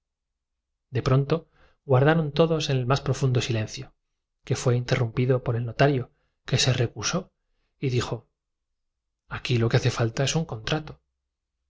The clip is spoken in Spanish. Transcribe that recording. de pronto guardaron todos el más profundo silencio que fué inte votos sobre ciento cincuenta y cinco votantes para ser elegido le rrumpido por el notario que se recusó vantóse y dijo y dijo aquí lo que liace falta es un contrato